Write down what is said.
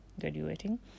graduating